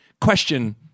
question